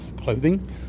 clothing